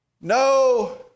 no